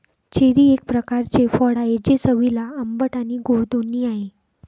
cherry एक प्रकारचे फळ आहे, ते चवीला आंबट आणि गोड दोन्ही आहे